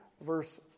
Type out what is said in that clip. verse